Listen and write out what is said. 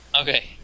Okay